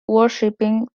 worshipping